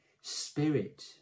Spirit